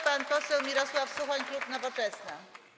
Pan poseł Mirosław Suchoń, klub Nowoczesna.